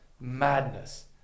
madness